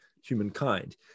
humankind